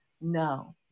no